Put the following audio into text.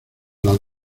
las